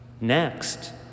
Next